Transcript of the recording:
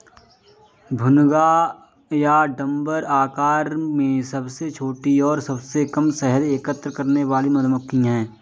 भुनगा या डम्भर आकार में सबसे छोटी और सबसे कम शहद एकत्र करने वाली मधुमक्खी है